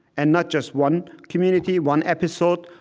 and not just one community, one episode,